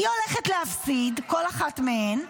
היא הולכת להפסיד, כל אחת מהן,